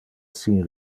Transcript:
sin